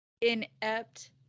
inept